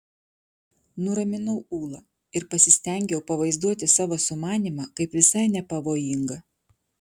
nuraminau ulą ir pasistengiau pavaizduoti savo sumanymą kaip visai nepavojingą